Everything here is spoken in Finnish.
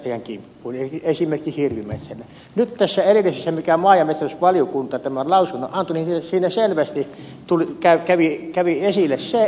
tässä edellisessä lausunnossa jonka maa ja metsätalousvaliokunta antoi selvästi kävi esille se milloin on tämä uhkaava vaaratilanne milloin eläimen saa ampua